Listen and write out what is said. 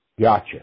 Gotcha